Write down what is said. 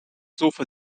sofa